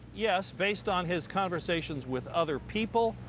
yes based on his conversations with other people.